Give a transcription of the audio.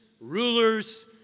rulers